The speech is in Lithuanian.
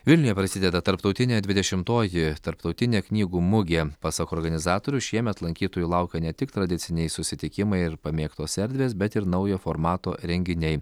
vilniuje prasideda tarptautinė dvidešimtoji tarptautinė knygų mugė pasak organizatorių šiemet lankytojų laukia ne tik tradiciniai susitikimai ir pamėgtos erdvės bet ir naujo formato renginiai